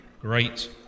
great